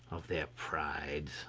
of their prides,